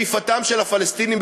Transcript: שאיפתם של הפלסטינים,